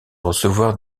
recevoir